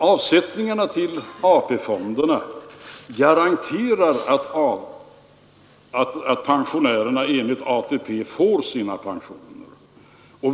Avsättningarna till AP-fonderna garanterar att pensionärerna enligt ATP får sina pensioner.